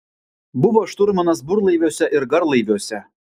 buvo šturmanas burlaiviuose ir garlaiviuose